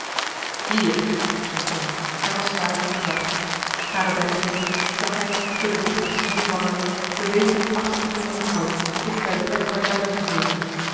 riep zijn stem en was zwaar van gezag naderbij tredend zag hij door de dichte sneeuwwarreling beweging achter onder het hout dicht bij de plek waar zeus had gezeten